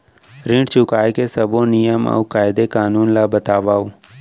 ऋण चुकाए के सब्बो नियम अऊ कायदे कानून ला बतावव